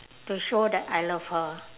to show that I love her